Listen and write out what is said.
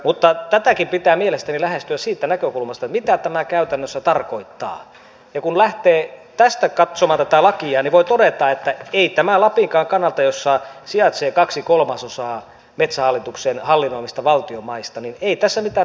mutta tätäkin pitää mielestäni lähestyä siitä näkökulmasta mitä tämä käytännössä tarkoittaa ja kun lähtee tästä katsomaan tätä lakia niin voi todeta että ei tässä lapinkaan kannalta jossa sijaitsee kaksi kolmasosaa metsähallituksen hallinnoimista valtion maista mitään dramatiikkaa tapahdu